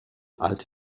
alte